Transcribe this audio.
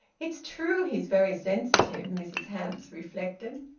it's true he's very sensitive, mrs hamps reflected.